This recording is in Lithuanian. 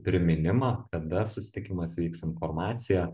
priminimą kada susitikimas vyks informaciją